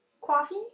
Coffee